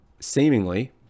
seemingly